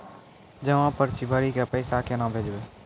जमा पर्ची भरी के पैसा केना भेजबे?